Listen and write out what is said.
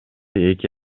эки